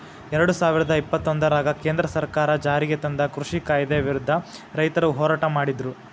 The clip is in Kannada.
ಎರಡುಸಾವಿರದ ಇಪ್ಪತ್ತೊಂದರಾಗ ಕೇಂದ್ರ ಸರ್ಕಾರ ಜಾರಿಗೆತಂದ ಕೃಷಿ ಕಾಯ್ದೆ ವಿರುದ್ಧ ರೈತರು ಹೋರಾಟ ಮಾಡಿದ್ರು